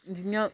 जियां